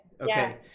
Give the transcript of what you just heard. Okay